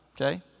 okay